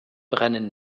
brennen